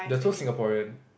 there's no Singaporean